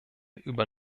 über